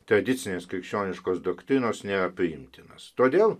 tradicinės krikščioniškos doktrinos nėra priimtinas todėl